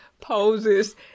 poses